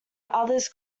others